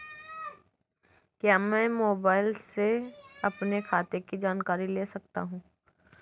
क्या मैं मोबाइल से अपने खाते की जानकारी ले सकता हूँ?